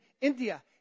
India